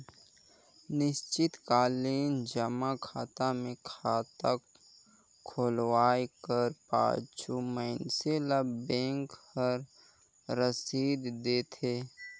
निस्चित कालीन जमा खाता मे खाता खोलवाए कर पाछू मइनसे ल बेंक हर रसीद देथे